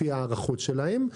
לפי ההערכות שלהם,